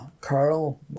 Carl